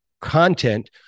content